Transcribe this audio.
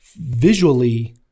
visually